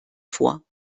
vor